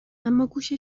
اماگوش